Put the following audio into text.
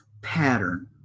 pattern